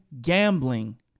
gambling